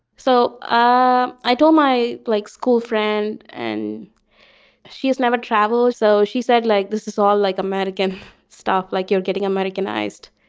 so ah i don't my like schoolfriend and she has never traveled. so she said like, this is all like american stuff. like you're getting americanized.